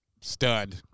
stud